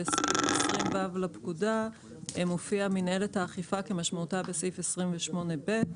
בסעיף 20ו לפקודה מופיעה מינהלת האכיפה כמשמעותה בסעיף 28ב,